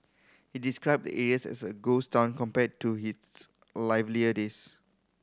he described the area as a ghost town compared to his livelier days